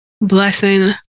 blessing